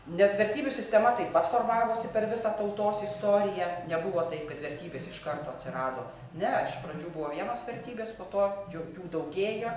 nes vertybių sistema taip pat formavosi per visą tautos istoriją nebuvo taip kad vertybės iš karto atsirado ne iš pradžių buvo vienos vertybės po to jų jų daugėja